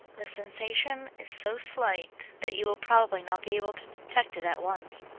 the sensation is so slight that you will probably not be able to detect it at once,